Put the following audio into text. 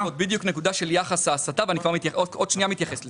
זאת בדיוק נקודה של יחס ההסטה ועוד שנייה אני מתייחס לזה.